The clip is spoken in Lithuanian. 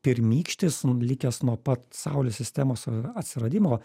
pirmykštis likęs nuo pat saulės sistemos atsiradimo